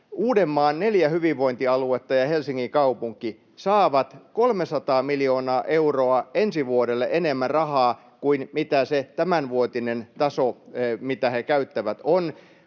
Uudenmaan neljä hyvinvointialuetta ja Helsingin kaupunki saavat ensi vuodelle 300 miljoonaa euroa enemmän rahaa kuin on se tämänvuotinen taso, mitä he käyttävät.